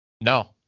No